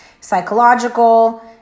psychological